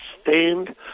stand